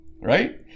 Right